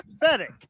pathetic